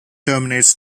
terminates